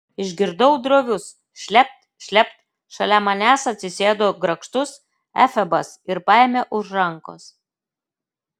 išgirdau drovius šlept šlept šalia manęs atsisėdo grakštus efebas ir paėmė už rankos